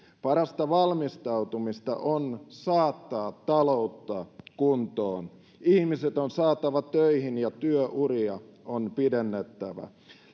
parasta valmistautumista on saattaa taloutta kuntoon ihmiset on saatava töihin ja työuria on pidennettävä